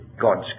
God's